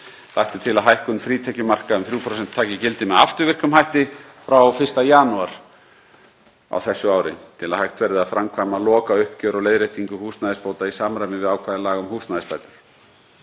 Lagt er til að hækkun frítekjumarka um 3% taki gildi með afturvirkum hætti frá 1. janúar á þessu ári til að hægt verði að framkvæma lokauppgjör og leiðréttingu húsnæðisbóta í samræmi við ákvæði laga um húsnæðisbætur.